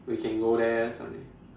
we can go there someday